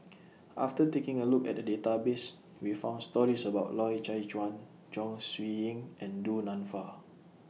after taking A Look At The Database We found stories about Loy Chye Chuan Chong Siew Ying and Du Nanfa